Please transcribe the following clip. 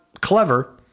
clever